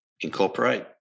incorporate